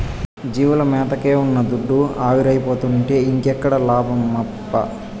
జీవాల మేతకే ఉన్న దుడ్డు ఆవిరైపోతుంటే ఇంకేడ లాభమప్పా